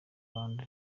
rwanda